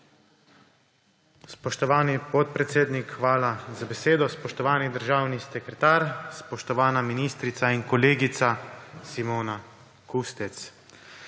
Spoštovani podpredsednik, hvala za besedo. Spoštovani državni sekretar, spoštovana ministrica in kolegica Simona Kustec!